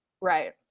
Right